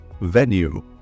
venue